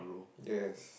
yes